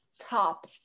top